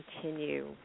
continue